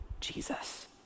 Jesus